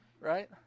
right